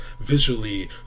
visually